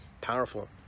powerful